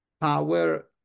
power